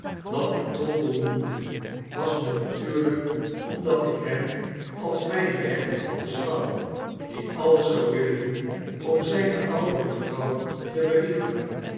dat ik trottle noemde was natuurlijk omdat ik hem als mflne rechterhand beschouw die alles zou willen doen om zpe oude mevrouw te believen